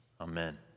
Amen